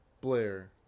Blair